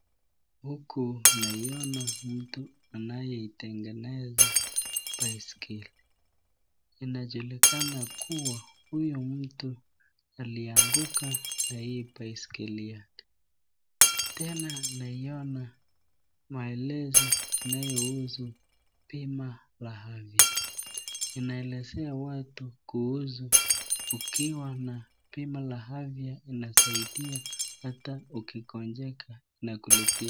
Huku nainona mtu anayeitengeneza baiskeli, inajulikana kuwa huyu mtu alianguka na hii baiskeli yake, tena naiona maelezo inayohusu bima la afya, inaelezea watu kuhusu ukiwa na bima la afya inasaidia hata ukigonjeka inakulipia.